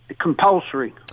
Compulsory